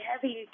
heavy